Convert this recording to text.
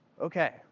okay